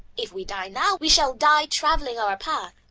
if we die now, we shall die travelling our path,